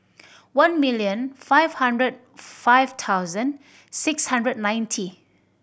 one million five hundred five thousand six hundred ninety